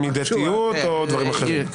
מידתיות או דברים אחרים.